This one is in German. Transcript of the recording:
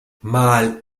mal